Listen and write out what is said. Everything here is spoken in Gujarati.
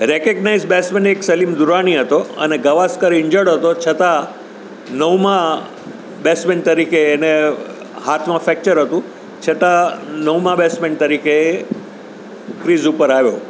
રેકેગનાઈઝ બેસ્ટમેન એક સલીમ દુરાની હતો અને ગાવસ્કર એ ઇન્જર્ડ હતો છતાં નવમા બેસ્ટમેન તરીકે એને હાથમાં ફેક્ચર હતું છતાં નવમા બેસ્ટમેન તરીકે ક્રિઝ ઉપર આવ્યો